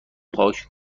پاک